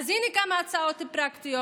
אז הינה כמה הצעות פרקטיות: